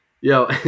yo